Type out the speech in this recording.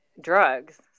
drugs